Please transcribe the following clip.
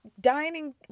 dining